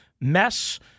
mess